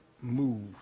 move